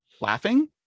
laughing